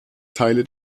teile